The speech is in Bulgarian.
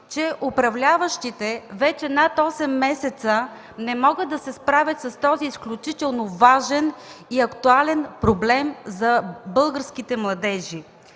че управляващите вече над осем месеца не могат да се справят с този изключително важен и актуален проблем за българските младежи.